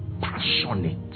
passionate